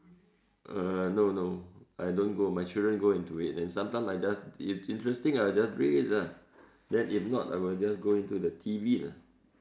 err no no I don't go my children go into it then some time I just if interesting I'll just read it lah then if not I will just go into the T_V lah